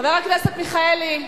חבר הכנסת מיכאלי.